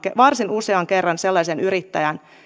varsin usean kerran sellaiseen yrittäjään